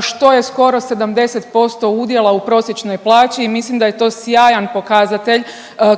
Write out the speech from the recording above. što je skoro 70% udjela u prosječnoj plaći i mislim da je to sjajan pokazatelj